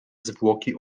zwłoki